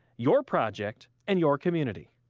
your project and your community.